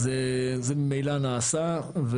אז זה ממילא נעשה,